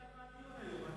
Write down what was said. לא הבנתי על מה